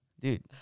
dude